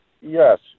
Yes